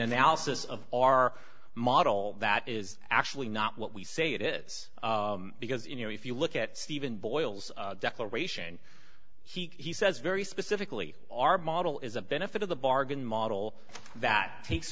analysis of our model that is actually not what we say it is because you know if you look at stephen boyle's declaration he says very specifically our model is a benefit of the bargain model that takes